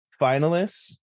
finalists